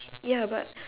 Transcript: ya but